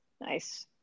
Nice